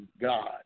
God